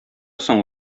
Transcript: соң